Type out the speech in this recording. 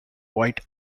white